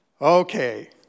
Okay